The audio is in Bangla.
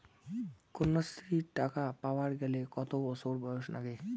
কন্যাশ্রী টাকা পাবার গেলে কতো বছর বয়স লাগে?